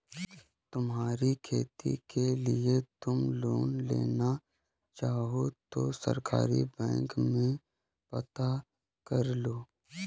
तुम्हारी खेती के लिए तुम लोन लेना चाहो तो सहकारी बैंक में पता करलो